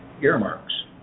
earmarks